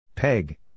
Peg